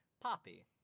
Poppy